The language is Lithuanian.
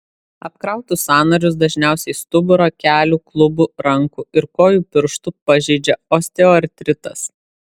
apkrautus sąnarius dažniausiai stuburo kelių klubų rankų ir kojų pirštų pažeidžia osteoartritas